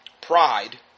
pride